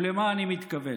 ולמה אני מתכוון?